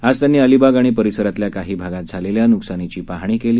आज त्यांनी अलिबाग आणि परिसरातल्या काही भागात झालेल्या नुकसानीची पाहणी केली